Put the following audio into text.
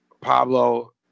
Pablo